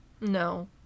no